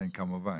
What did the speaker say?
כן, כמובן.